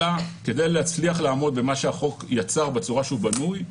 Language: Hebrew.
אלא כדי להצליח לעמוד במה שהחוק יצר בצורה שהוא בנוי,